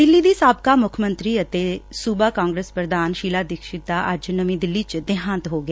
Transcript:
ਦਿੱਲੀ ਦੀ ਸਾਬਕਾ ਮੁੱਖ ਮੰਤਰੀ ਅਤੇ ਸੂਬਾ ਕਾਂਗਰਸ ਪ੍ਰਧਾਨ ਸ਼ੀਲਾ ਦੀਕਸ਼ਤ ਦਾ ਅੱਜ ਨਵੀਂ ਦਿੱਲੀ ਚ ਦੇਹਾਂਤ ਹੋ ਗਿਆ